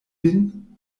vin